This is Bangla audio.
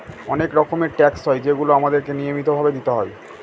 অনেক রকমের ট্যাক্স হয় যেগুলো আমাদেরকে নিয়মিত ভাবে দিতে হয়